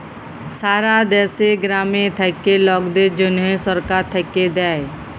সারা দ্যাশে গ্রামে থাক্যা লকদের জনহ সরকার থাক্যে দেয়